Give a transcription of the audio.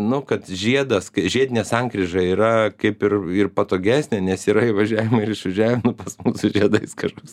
nu kad žiedas žiedinė sankryža yra kaip ir ir patogesnė nes yra įvažiavimai ir išvažiavimai pas mus su žiedais kažkas